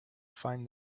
find